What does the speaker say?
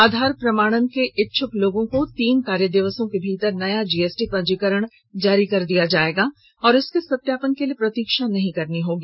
आधार प्रमाणन के इच्छक लोगों को तीन कार्यदिवसों के भीतर नया जीएसटी पंजीकरण जारी कर दिया जाएगा और इसके सत्यापन के लिए प्रतीक्षा नहीं करनी होगी